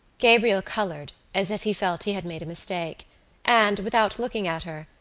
gabriel coloured, as if he felt he had made a mistake and, without looking at her,